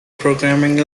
programming